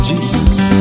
Jesus